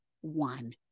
one